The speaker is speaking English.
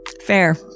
Fair